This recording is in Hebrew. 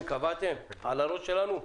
קבעתם חמש שנים, על הראש שלנו.